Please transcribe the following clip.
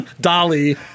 Dolly